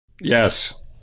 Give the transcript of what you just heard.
Yes